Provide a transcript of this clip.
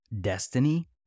destiny